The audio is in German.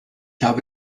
habe